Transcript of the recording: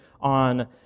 on